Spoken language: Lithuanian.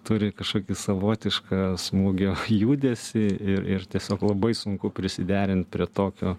turi kažkokį savotišką smūgio judesį ir ir tiesiog labai sunku prisiderint prie tokio